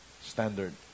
standard